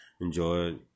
enjoy